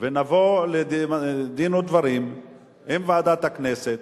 ונבוא לדין ודברים עם ועדת הכנסת,